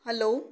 hello